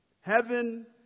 heaven